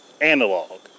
analog